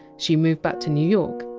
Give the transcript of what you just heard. she moved back to new york,